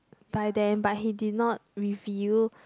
by them but he did not reveal